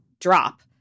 drop